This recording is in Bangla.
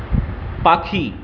পাখি